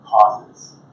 causes